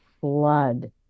flood